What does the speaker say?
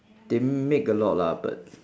they make a lot lah but